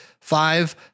five